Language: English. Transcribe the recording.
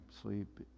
sleep